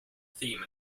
theme